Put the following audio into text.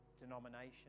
denomination